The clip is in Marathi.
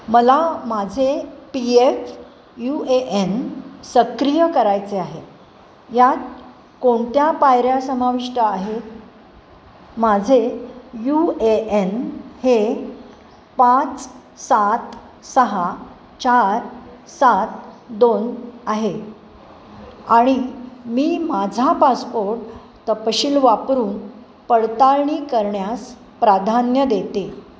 मला माझे P F U A N सक्रिय करायचे आहे यात कोणत्या पायऱ्या समाविष्ट आहेत माझे यू ए एन हे पाच सात सहा चार सात दोन आहे आणि मी माझा पासपोट तपशील वापरून पडताळणी करण्यास प्राधान्य देते